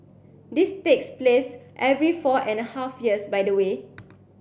this takes place every four and a half years by the way